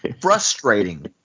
Frustrating